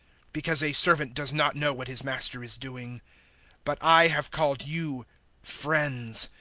because a servant does not know what his master is doing but i have called you friends,